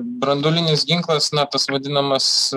branduolinis ginklas na tas vadinamas